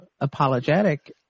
apologetic